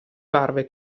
parve